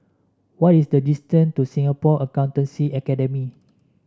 what is the distance to Singapore Accountancy Academy